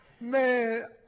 Man